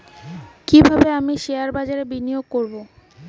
কিভাবে আমি শেয়ারবাজারে বিনিয়োগ করবে?